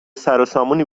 سروسامونی